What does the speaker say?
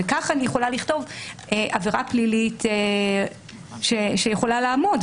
וכך אני יכולה לכתוב עבירה פלילית שיכולה לעמוד,